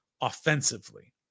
offensively